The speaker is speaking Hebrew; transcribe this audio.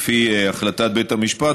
לפי החלטת בית המשפט,